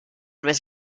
was